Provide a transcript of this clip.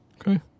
Okay